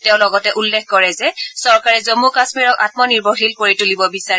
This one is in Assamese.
তেওঁ লগতে উল্লেখ কৰে যে চৰকাৰে জম্মু কাশ্মীৰক আঘনিৰ্ভৰশীল কৰি তুলিব বিচাৰে